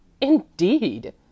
Indeed